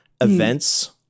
events